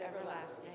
everlasting